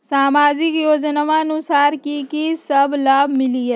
समाजिक योजनानुसार कि कि सब लाब मिलीला?